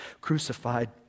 crucified